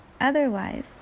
otherwise